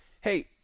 Hey